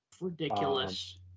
Ridiculous